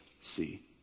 See